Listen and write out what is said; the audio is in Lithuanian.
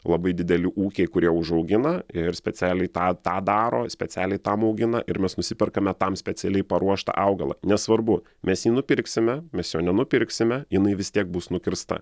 labai dideli ūkiai kurie užaugina ir specialiai tą tą daro specialiai tam augina ir mes nusiperkame tam specialiai paruoštą augalą nesvarbu mes jį nupirksime mes jo nenupirksime jinai vis tiek bus nukirsta